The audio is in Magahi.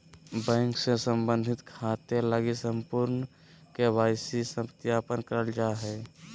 बैंक से संबंधित खाते लगी संपूर्ण के.वाई.सी सत्यापन करल जा हइ